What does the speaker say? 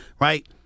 right